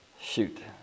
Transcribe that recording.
shoot